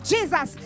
Jesus